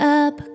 up